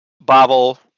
Bobble